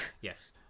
Yes